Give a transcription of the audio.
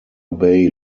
bay